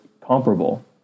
comparable